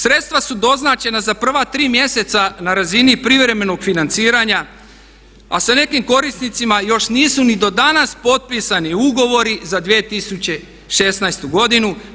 Sredstva su doznačena za prva tri mjeseca na razini privremenog financiranja a sa nekim korisnicima još nisu ni do danas potpisani ugovori za 2016. godinu.